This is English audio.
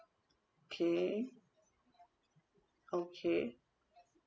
okay okay